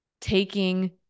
taking